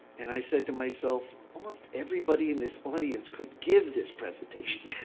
and i said to myself, almost everybody in this audience could give this presentation.